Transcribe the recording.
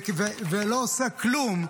ולא עושה כלום -- תודה.